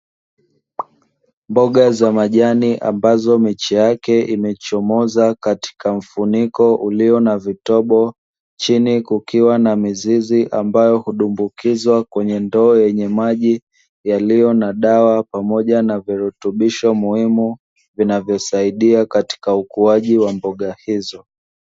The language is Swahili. Mboga za majani ambazo miche yake imechomoza katika mfuniko ulio na vitobo, chini kukiwa na mizizi ambayo hudumbukizwa kwenye ndoo yenye maji, yaliyo na dawa pamoja na virutubisho muhimu, vinavyosaidia katika ukuaji wa mbuga hizo.